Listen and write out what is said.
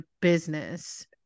business